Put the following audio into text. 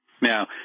Now